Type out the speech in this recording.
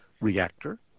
reactor